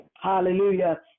Hallelujah